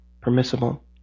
permissible